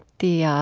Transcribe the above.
the